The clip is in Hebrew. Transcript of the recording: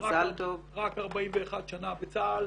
רק 41 בצה"ל